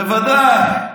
בוודאי.